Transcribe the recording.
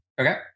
Okay